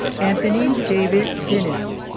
anthony david dennis